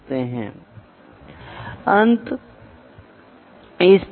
हम पहले भौतिक चर मापने के बारे में बात करने की कोशिश कर रहे हैं